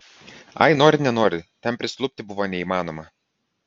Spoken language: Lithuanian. ai nori nenori ten prisilupti buvo neįmanoma